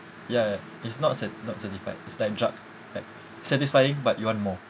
ya ya it's not sat~ not satisfied is like drugs like satisfying but you want more